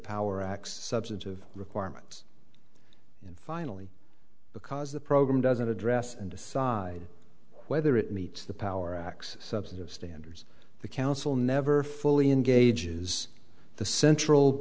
power x substance of requirements and finally because the program doesn't address and decide whether it meets the power x subset of standards the council never fully engages the central